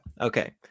okay